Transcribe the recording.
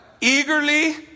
Eagerly